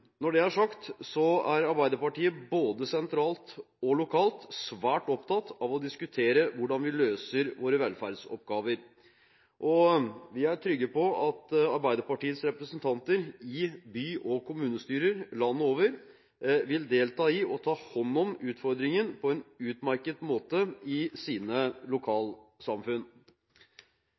Når det er sagt, er Arbeiderpartiet, både sentralt og lokalt, svært opptatt av å diskutere hvordan vi løser våre velferdsoppgaver, og vi er trygge på at Arbeiderpartiets representanter i by- og kommunestyrer landet rundt vil delta i og ta hånd om utfordringen på en utmerket måte i sine lokalsamfunn.